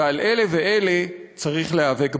ועל אלה ואלה צריך להיאבק,